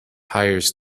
hires